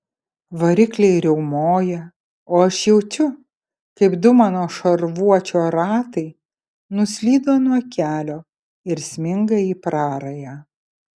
varikliai riaumoja o aš jaučiu kaip du mano šarvuočio ratai nuslydo nuo kelio ir sminga į prarają